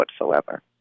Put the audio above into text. whatsoever